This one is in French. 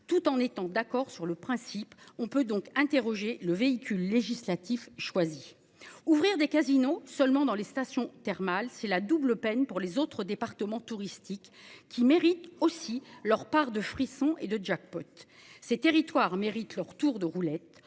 tout en étant d'accord sur le principe on peut donc interroger le véhicule législatif choisi ouvrir des casinos seulement dans les stations thermales. C'est la double peine pour les autres départements touristiques qui méritent aussi leur part de frissons et de jackpot ces territoires méritent leur tour de roulette